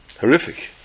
Horrific